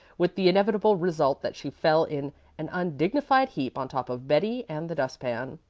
with the inevitable result that she fell in an undignified heap on top of betty and the dust-pan.